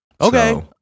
Okay